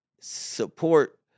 support